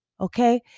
okay